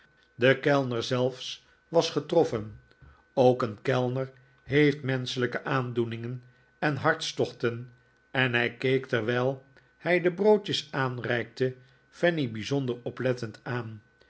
de kellner zelfs was getroffen ook een kellner heeft menschelijke aandoeningen en hartstochten en hij keek terwijl hij de broodjes aanreikte fanny bijzonder oplettend aan